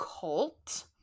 cult